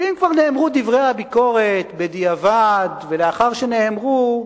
ואם כבר נאמרו דברי ביקורת, בדיעבד, ולאחר שנאמרו,